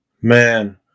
Man